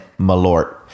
Malort